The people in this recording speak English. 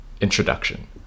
introduction